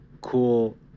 cool